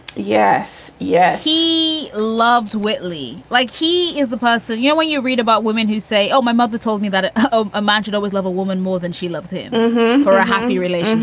yes. yeah he loved witley like he is the person, you know, when you read about women who say, oh, my mother told me about ah a man should always love a woman more than she loves him for a hanky. really?